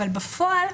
בפועל,